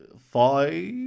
five